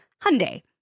Hyundai